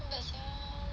not bad sia